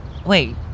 Wait